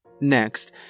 Next